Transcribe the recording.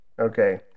Okay